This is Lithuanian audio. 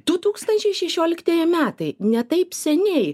du tūkstančiai šešioliktieji metai ne taip seniai